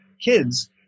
kids